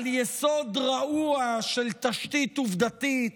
על יסוד רעוע של תשתית עובדתית